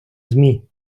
змі